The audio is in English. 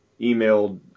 emailed